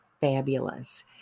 fabulous